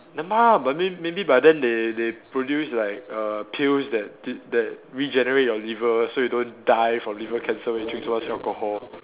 never mind ah but may maybe by then they they produce like err pills that de~ that regenerate your liver so you don't die from liver cancer when you drink too much alcohol